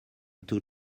two